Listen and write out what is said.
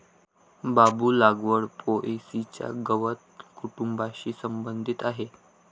बांबू लागवड पो.ए.सी च्या गवत कुटुंबाशी संबंधित आहे